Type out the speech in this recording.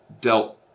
dealt